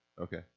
Okay